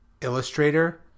illustrator